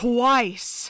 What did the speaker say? Twice